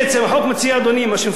מה שמפצלים,